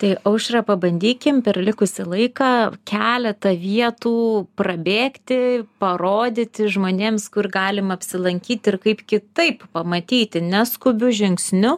tai aušra pabandykim per likusį laiką keletą vietų prabėgti parodyti žmonėms kur galim apsilankyt ir kaip kitaip pamatyti neskubiu žingsniu